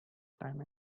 time